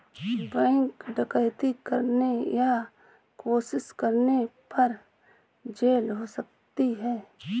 bank डकैती करने या कोशिश करने पर जेल हो सकती है